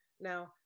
Now